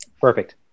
Perfect